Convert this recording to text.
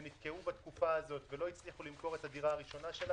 שנתקעו בתקופה הזאת ולא הצליחו למכור את הדירה שלהם,